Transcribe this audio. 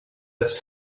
des